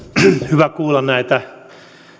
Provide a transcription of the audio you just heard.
hyvä kuulla näitä